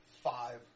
Five